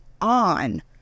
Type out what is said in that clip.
on